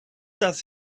does